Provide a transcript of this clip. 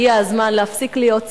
הגיע הזמן להפסיק להיות סרדינים,